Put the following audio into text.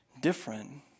different